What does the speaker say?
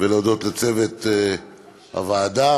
ולהודות לצוות הוועדה,